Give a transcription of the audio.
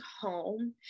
home